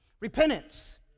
repentance